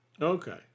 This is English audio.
Okay